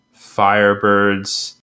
firebirds